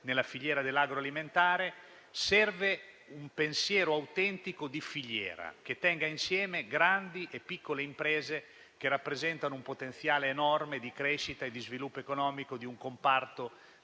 nella filiera dell'agroalimentare, serve un pensiero autentico di filiera, che tenga insieme grandi e piccole imprese che rappresentano un potenziale enorme di crescita e di sviluppo economico di un comparto